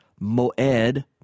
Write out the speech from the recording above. moed